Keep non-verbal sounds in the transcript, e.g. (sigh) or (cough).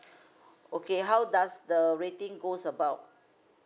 (breath) okay how does the rating goes about